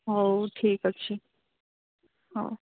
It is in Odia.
ହଉ ଠିକ୍ ଅଛି ହଉ